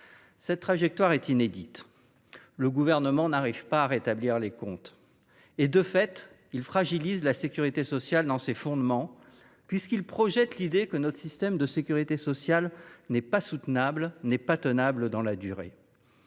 Cette trajectoire est inédite. Le Gouvernement ne parvient pas à rétablir les comptes. Et, de fait, il fragilise la sécurité sociale dans ses fondements, puisqu’il projette l’idée que notre système n’est pas soutenable, pas tenable dans la durée.